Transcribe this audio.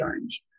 change